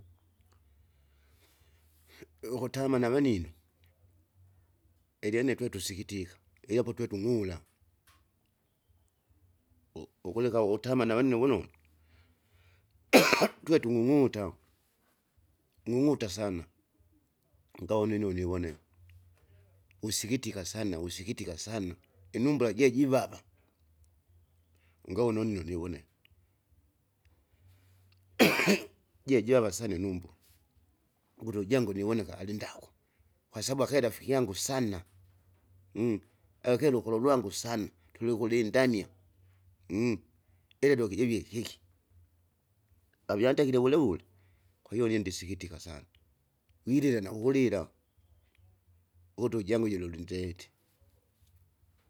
Ukutama navanino, ilyene twetusikitika, ilyapo twetungiura, u- ukuleka ukutama navanino vunonu tuwe tung'ung'uta, ng'unguta sana, ungawa nuino niwonela usikitika sana usikitika sana, inumbura jejivava. Ungavone unino nivo jejava sane numbwa, ukutu ujangu niwoneka alindaku, kwasabu akae rafiki yangu sana, akakene lukolo sana tulikulinya iledoki jivie kiki, avyandikile vulewule, kwahiyo une ndisikitika sana, wirira nakukulila ukutu ujangu ijo lulindeti.